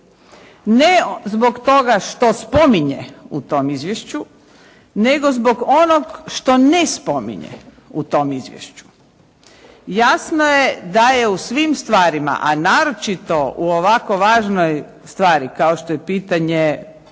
ne zbog toga što spominje u tom izvješću, nego zbog onog što ne spominje u tom izvješću. Jasno je da je u svim stvarima, a naročito u ovako važnoj stvari kao što je pitanje